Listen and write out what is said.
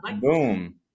boom